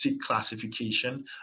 classification